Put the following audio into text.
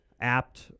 apt